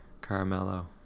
Carmelo